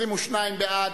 24 שעות